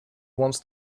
wants